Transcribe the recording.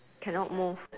cannot move